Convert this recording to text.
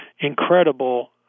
incredible